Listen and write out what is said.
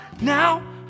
now